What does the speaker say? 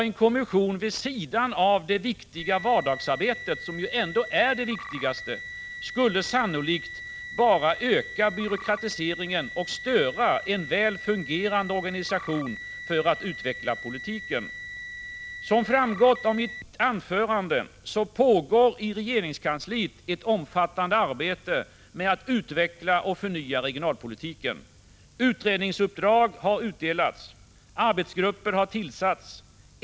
En kommission vid sidan av det viktiga vardagsarbetet, som ändå är det mest väsentliga, skulle sannolikt bara öka byråkratiseringen och störa en väl fungerande organisation för att utveckla politiken. Som framgått av mitt anförande pågår i regeringskansliet ett omfattande arbete med att utveckla och förnya regionalpolitiken. Utredningsuppdrag har utdelats. Arbetsgrupper har tillsatts.